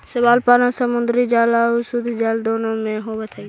शैवाल पालन समुद्री जल आउ शुद्धजल दोनों में होब हई